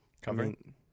Covering